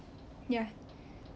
ya